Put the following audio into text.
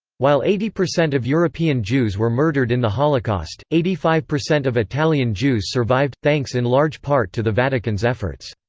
while eighty percent of european jews were murdered in the holocaust, eighty five percent of italian jews survived, thanks in large part to the vatican's efforts.